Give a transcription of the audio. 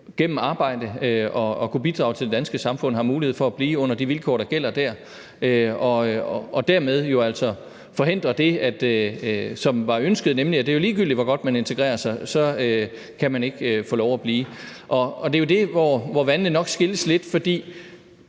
gennem arbejde viser at kunne bidrage til det danske samfund. Dermed forhindres det, som var ønsket, nemlig at ligegyldigt, hvor godt man integrerer sig, kan man ikke få lov at blive. Det er jo der, hvor vandene nok skilles lidt, for